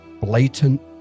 blatant